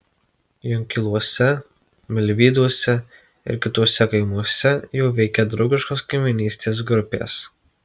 junkiluose milvyduose ir kituose kaimuose jau veikia draugiškos kaimynystės grupės